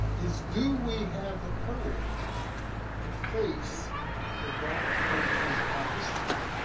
is do we have the courage to face the dark pages of our history?